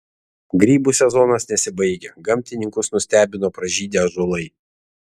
grybų sezonas nesibaigia gamtininkus nustebino pražydę ąžuolai